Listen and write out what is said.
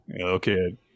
Okay